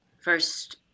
first